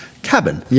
Cabin